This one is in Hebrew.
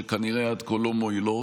שכנראה עד כה לא מועילות,